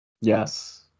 Yes